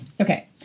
okay